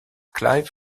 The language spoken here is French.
clive